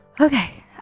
Okay